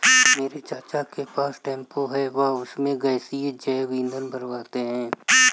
मेरे चाचा जी के पास टेंपो है वह उसमें गैसीय जैव ईंधन भरवाने हैं